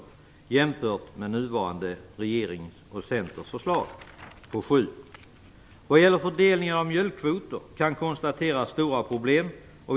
Det kan jämföras med nuvarande regerings och Centerns förslag på 7. Vad gäller fördelningen av mjölkkvoter kan stora problem konstateras.